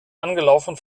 angelaufen